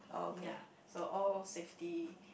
ya so all safety